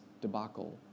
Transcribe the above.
debacle